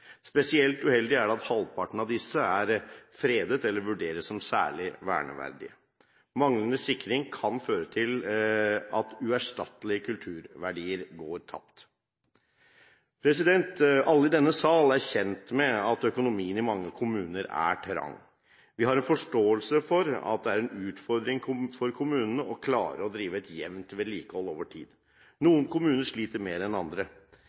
Spesielt uheldig er det at halvparten av disse er fredet eller vurderes som særlig verneverdige. Manglende sikring kan føre til at uerstattelige kulturverdier går tapt. Alle i denne sal er kjent med at økonomien i mange kommuner er trang. Vi har forståelse for at det er en utfordring for kommunene å klare å drive et jevnt vedlikehold over tid. Noen kommuner sliter mer enn andre.